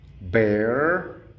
bear